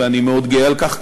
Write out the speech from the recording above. ואני מאוד גאה על כך,